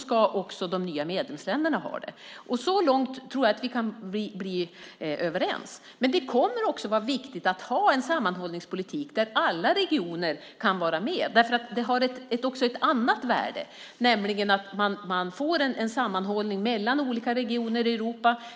ska också de nya medlemsländerna ha det. Så långt tror jag att vi kan bli överens. Det kommer också att vara viktigt att ha en sammanhållningspolitik där alla regioner kan vara med. Det har också ett annat värde, nämligen att man får en sammanhållning mellan olika regioner i Europa.